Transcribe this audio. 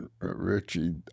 Richie